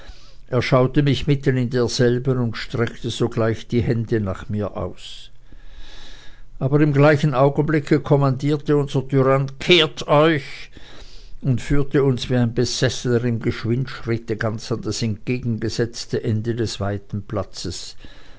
sah erschaute mich mitten in derselben und streckte sogleich die hände nach mir aus aber im gleichen augenblicke kommandierte unser tyrann kehrt euch und führte uns wie ein besessener im geschwindschritte ganz an das entgegengesetzte ende des weiten platzes